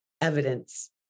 evidence